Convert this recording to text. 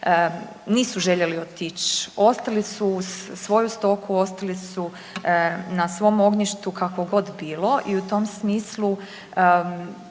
nisu željeli otići, ostali su uz svoju stoku, ostali su na svom ognjištu kako god bilo i u tom smislu